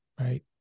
right